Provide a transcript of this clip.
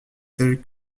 telles